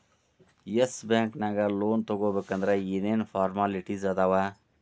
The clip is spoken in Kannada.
ಎಸ್ ಬ್ಯಾಂಕ್ ನ್ಯಾಗ್ ಲೊನ್ ತಗೊಬೇಕಂದ್ರ ಏನೇನ್ ಫಾರ್ಮ್ಯಾಲಿಟಿಸ್ ಅದಾವ?